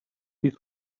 these